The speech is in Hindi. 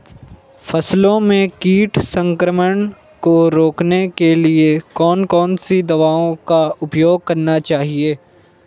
फसलों में कीट संक्रमण को रोकने के लिए कौन कौन सी दवाओं का उपयोग करना चाहिए?